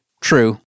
True